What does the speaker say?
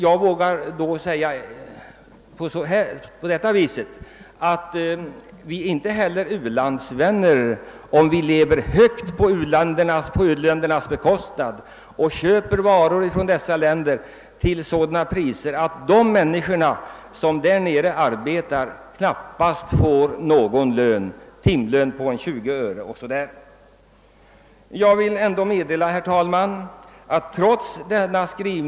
Jag vågar då påstå att vi inte heller är u-landsvänner om vi lever högt på u-ländernas bekostnad och köper varor från dem till sådana priser att arbetarna knappast får någon lön — en timlön på 20 öre är svältlön.